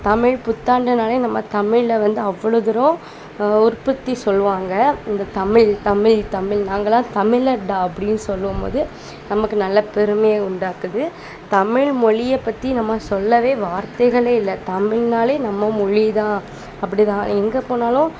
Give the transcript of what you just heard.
தமிழ் புத்தாண்டுன்னாலே நம்ம தமிழ்ல வந்து அவ்வளோ தூரம் உற்பத்தி சொல்லுவாங்க இந்த தமிழ் தமிழ் தமிழ் நாங்களாம் தமிழன்டா அப்படின்னு சொல்லும்போது நமக்கு நல்லா பெருமையை உண்டாக்குது தமிழ்மொழிய பற்றி நம்ம சொல்லவே வார்த்தைகளே இல்லை தமிழ்னாலே நம்ம மொழிதான் அப்படிதான் எங்கே போனாலும்